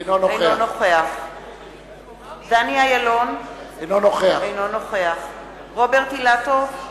אינו נוכח דניאל אילון אינו נוכח רוברט אילטוב,